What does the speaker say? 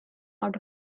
out